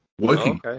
working